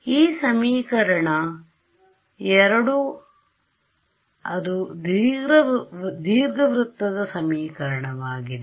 ಆ ಸಮೀಕರಣ 2 ಅದು ದೀರ್ಘವೃತ್ತದ ಸಮೀಕರಣವಾಗಿದೆ